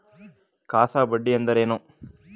CASA ಬಡ್ಡಿ ಎಂದರೇನು?